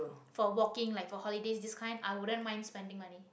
for walking like for holidays this kind i wouldn't mind spending money